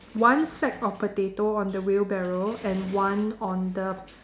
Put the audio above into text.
one sack of potato on the wheelbarrow and one on the